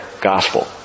gospel